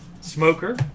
Smoker